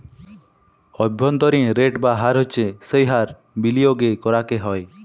অব্ভন্তরীন রেট বা হার হচ্ছ যেই হার বিলিয়গে করাক হ্যয়